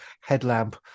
headlamp